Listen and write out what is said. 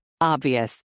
Obvious